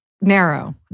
narrow